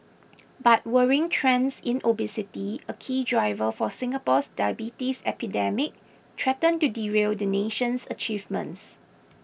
but worrying trends in obesity a key driver for Singapore's diabetes epidemic threaten to derail the nation's achievements